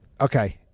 Okay